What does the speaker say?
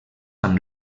amb